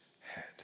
head